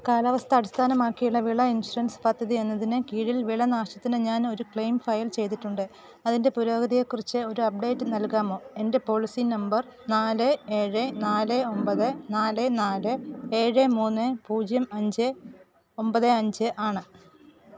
കാലാവസ്ഥ അടിസ്ഥാനമാക്കിയുള്ള വിള ഇൻഷുറൻസ് പദ്ധതി എന്നതിന് കീഴിൽ വിളനാശത്തിന് ഞാൻ ഒരു ക്ലെയിം ഫയൽ ചെയ്തിട്ടുണ്ട് അതിന്റെ പുരോഗതിയെ കുറിച്ച് ഒരു അപ്ഡേറ്റ് നൽകാമോ എന്റെ പോളിസി നമ്പർ നാല് ഏഴ് നാല് ഒമ്പത് നാല് നാല് ഏഴ് മൂന്ന് പൂജ്യം അഞ്ച് ഒമ്പത് അഞ്ച് ആണ്